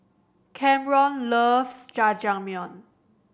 Kamron loves Jajangmyeon